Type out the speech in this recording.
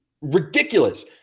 ridiculous